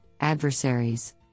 adversaries